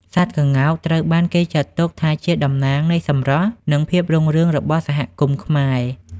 សត្វក្ងោក ត្រូវបានគេចាត់ទុកថាជាតំណាងនៃសម្រស់ និងភាពរុងរឿងរបស់សហគមន៍ខ្មែរ។